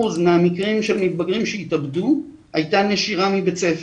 מהמקרים של מתבגרים שהתאבדו הייתה נשירה מבית הספר.